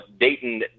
Dayton